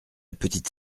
petite